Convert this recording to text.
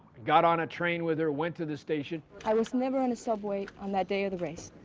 got on a train with her, went to the station. i was never on the subway on that day of the race.